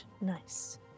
Nice